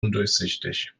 undurchsichtig